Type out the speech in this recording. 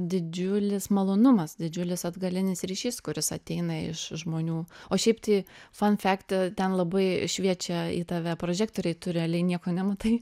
didžiulis malonumas didžiulis atgalinis ryšys kuris ateina iš žmonių o šiaip tai fun fact ten labai šviečia į tave prožektoriai tu realiai nieko nematai